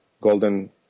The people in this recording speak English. golden